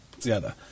together